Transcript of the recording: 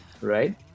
right